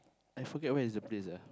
I forget where is the place